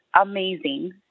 amazing